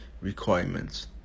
requirements